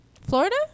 Florida